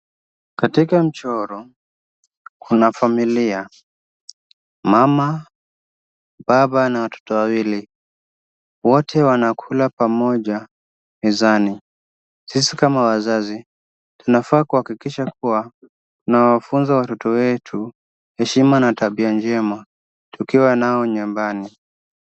Katika mchoro kuna familia, mama, baba na watoto wawili. Wote wanakula pamoja mezani. Sisi kama wazazi tunafaa kuhakikisha kuwa tunawafunza watoto wetu heshima na tabia njema tukiwa nao nyumbani.